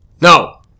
No